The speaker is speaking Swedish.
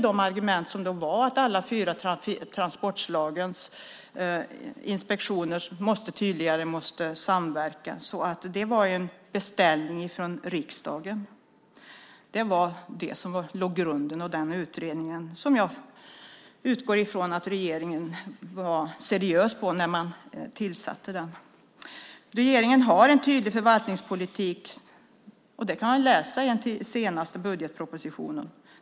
De argument som då framfördes var att alla fyra transportslagens inspektioner tydligare måste samverka. Den utredningen var alltså utgångspunkten, och jag utgår från att regeringen var seriös när den tillsattes. Regeringen har en tydlig förvaltningspolitik. Det kan man läsa i den senaste budgetpropositionen.